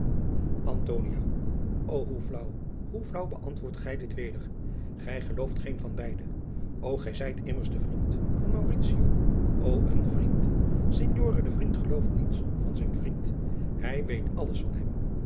o hoe flaauw hoe flaauw beantwoordt gij dit weder gij gelooft geen van beide o gij zijt immers de vriend van mauritio o een vriend signore de vriend gelooft niets van zijn vriend hij weet alles van hem